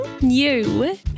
new